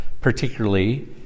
particularly